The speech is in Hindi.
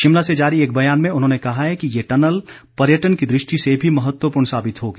शिमला से जारी एक बयान में उन्होंने कहा है कि ये टनल पर्यटन की दृष्टि से भी महत्वपूर्ण साबित होगी